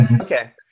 Okay